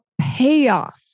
payoff